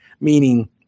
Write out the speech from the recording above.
meaning